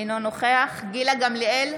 אינו נוכח גילה גמליאל,